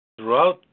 Throughout